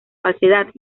falsedad